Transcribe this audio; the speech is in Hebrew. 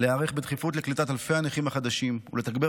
להיערך בדחיפות לקליטת אלפי הנכים החדשים ולתגבר